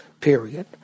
period